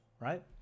right